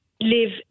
live